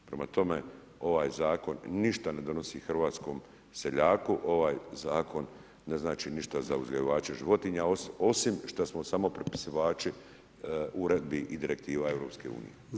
Prema tome, ovaj zakon ništa ne donosi hrvatskom seljaku, ovaj zakon ne znači ništa za uzgajivače životinja osim što smo samo potpisivači uredbi i direktiva EU-a.